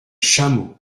chameau